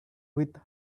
with